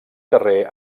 carrer